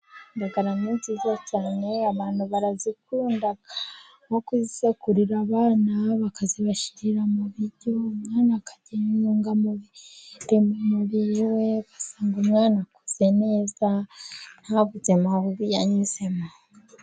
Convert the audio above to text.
Indagara ni nziza cyane ,abantu barazikunda nko kuzigurira abana bakazibashyirira mu biryo, umwana akarya intungamubiri ,mu mubiri we ugasanga umwana akuze neza ntabuzima bubi yanyuzemo.